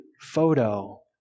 photo